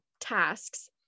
tasks